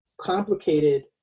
complicated